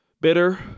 bitter